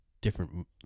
different